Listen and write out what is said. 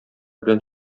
белән